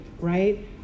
right